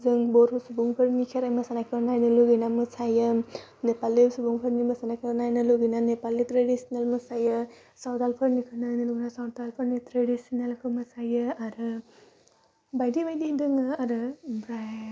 जों बर' सुबुंफोरनि खेराइ मोसानायखौ नायनो लुगैना मोसायो नेपालि सुबुंफोरनि मोसानायखौ नायनो लुबैनानै नेपालि ट्रेडिशनेल मोसायो सावतारफोरनिफ्राय सावतालफोरनि ट्रेडिशनेल मोसायो आरो बायदि बायदि दङ आरो आमफ्राय